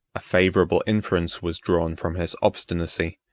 a favorable inference was drawn from his obstinacy,